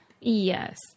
Yes